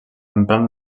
emprant